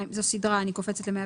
ניר, זה מצחיק אותך שאני רוצה לנמק.